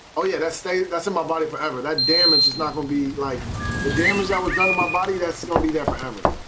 oh, yeah that's state that's in my body forever. that damage is not will be like the damage that was done on my body that's going to be there for ever.